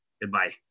Goodbye